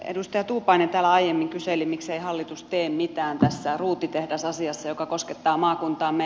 edustaja tuupainen täällä aiemmin kyseli miksei hallitus tee mitään tässä ruutitehdasasiassa joka koskettaa maakuntaamme